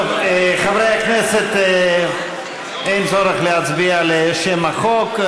טוב, חברי הכנסת, אין צורך להצביע על שם החוק.